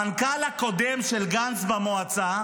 המנכ"ל הקודם של גנץ במועצה,